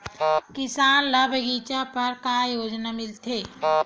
किसान ल बगीचा बर का योजना मिलथे?